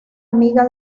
amiga